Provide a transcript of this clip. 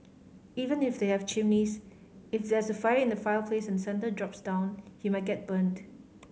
even if they have chimneys if there's a fire in the fireplace and Santa drops down he might get burnt